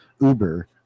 Uber